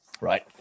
right